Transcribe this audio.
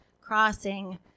crossing